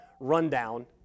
rundown